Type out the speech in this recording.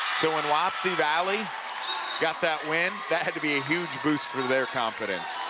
so when wapsie valley got that win, that had to be a huge boost for their confidence.